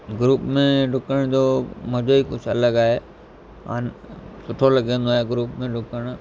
group में डुकण जो मज़ो ई कुझु अलॻि आहे अन सुठो लॻंदो आहे ग्रुप में डुकणु